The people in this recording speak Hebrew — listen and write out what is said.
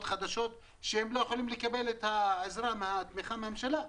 חדשות שלא יכולות לקבל את התמיכה מהממשלה,